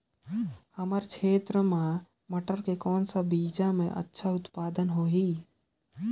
हमर क्षेत्र मे मटर के कौन सा बीजा मे अच्छा उत्पादन होही?